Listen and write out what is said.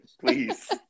Please